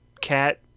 cat